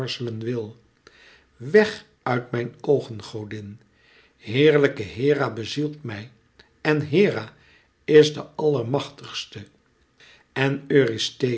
wil wèg uit mijn oogen godin heerlijke hera bezielt mij en hera is de allermachtigste en